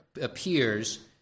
appears